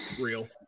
Real